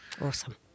Awesome